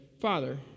Father